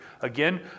Again